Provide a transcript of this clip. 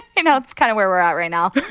and know, it's kind of where we're at right now